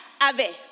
ave